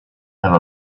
have